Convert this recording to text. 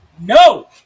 No